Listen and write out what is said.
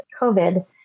COVID